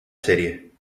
serie